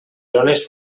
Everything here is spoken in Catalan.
zones